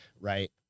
right